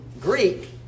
Greek